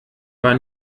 war